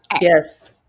Yes